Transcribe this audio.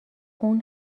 اون